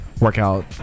Workout